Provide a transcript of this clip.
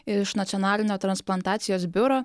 ir iš nacionalinio transplantacijos biuro